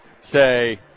say –